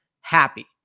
happy